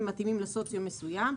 הם מתאימים לסוציו מסוים,